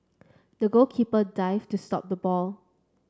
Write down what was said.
the goalkeeper dived to stop the ball